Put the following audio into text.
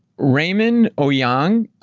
raymond oyung,